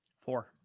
Four